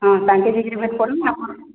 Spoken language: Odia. ହଁ କରୁନା ଆପଣ